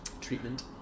treatment